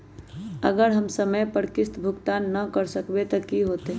अगर हम समय पर किस्त भुकतान न कर सकवै त की होतै?